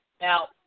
Now